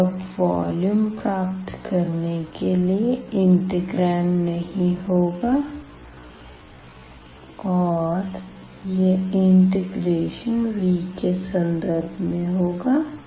तो अब वॉल्यूम प्राप्त करने के लिए इंटेग्रांड नहीं होगा और यह इंटीग्रेशन V के सन्दर्भ में होगा